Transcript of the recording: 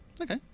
Okay